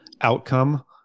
outcome